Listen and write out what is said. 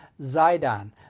Zidon